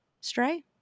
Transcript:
stray